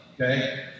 okay